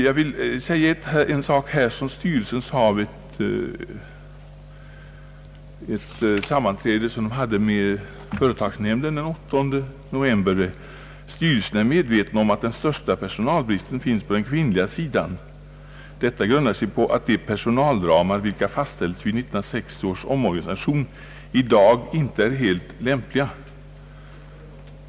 Jag vill här återge en sak som ordföranden i lantmäteristyrelsens företagsnämnd sade vid ett sammanträde den 8 november i år: »Styrelsen är medveten om att den största personalbristen finns på den kvinnliga sidan. Detta grundar sig på att de personalramar vilka fastställdes vid 1960 års omorganisation i dag inte är helt lämpliga.